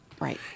Right